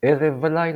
ערב ולילה.